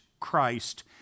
Christ